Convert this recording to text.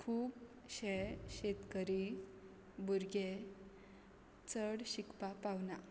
खूबशे शेतकरी भुरगे चड शिकपा पावना